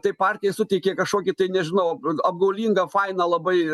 tai partijai suteikė kažkokį tai nežinau apgaulingą fainą labai